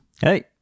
Hey